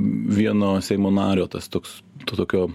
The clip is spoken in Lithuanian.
vieno seimo nario tas toks to tokio